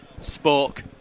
Spoke